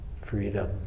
freedom